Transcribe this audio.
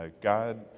God